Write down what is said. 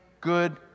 good